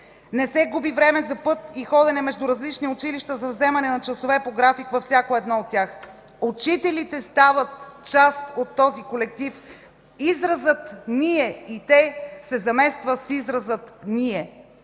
Не се губи време за път и ходене между различни училища за взимане на часове по график във всяко едно от тях. Учителите стават част от този колектив. Изразът „Ние и те” се замества с израза „Ние”.